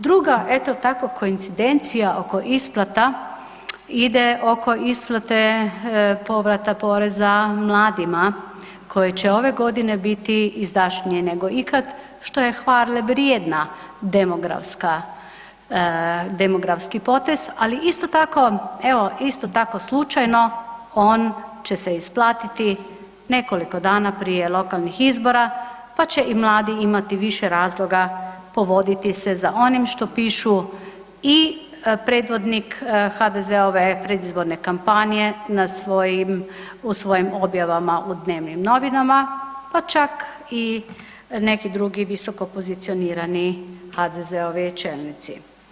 Druga eto tako koincidencija oko isplata ide oko isplate povrata poreza mladima koji će ove godine biti izdašnije nego ikad, što je hvale vrijedna demografski potez, ali isto tako evo isto tako slučajno on će se isplatiti nekoliko dana prije lokalnih izbora, pa će i mladi imati više razloga povoditi se za onim što pišu i predvodnik HDZ-ove predizborne kampanje na svojim, u svojim objavama u dnevnim novinama, pa čak i neki drugi visoko pozicionirani HDZ-ovi čelnici.